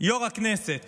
יו"ר הכנסת